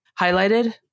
highlighted